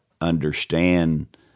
understand